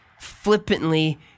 flippantly